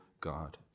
God